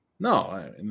No